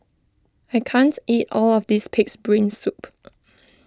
I can't eat all of this Pig's Brain Soup